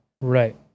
Right